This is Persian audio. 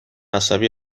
عصبی